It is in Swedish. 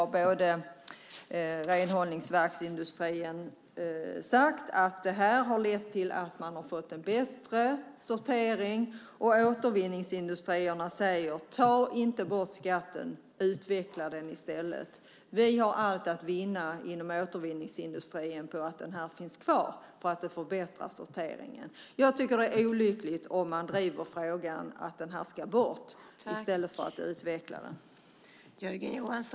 Renhållningsverksindustrin har sagt att detta har lett till en bättre sortering. Återvinningsindustrierna säger: Ta inte bort skatten! Utveckla den i stället! Vi inom återvinningsindustrin har allt att vinna på att den finns kvar. Det förbättrar sorteringen. Jag tycker att det är olyckligt att driva frågan att den ska bort i stället för att utvecklas.